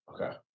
okay